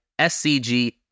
SCG